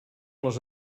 les